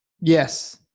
Yes